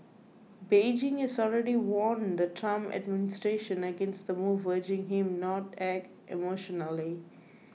Beijing has already warned the Trump administration against the move urging him not act emotionally